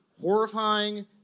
horrifying